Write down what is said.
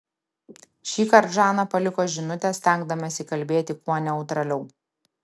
šįkart žana paliko žinutę stengdamasi kalbėti kuo neutraliau